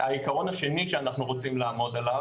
העקרון השני שאנחנו רוצים לעמוד עליו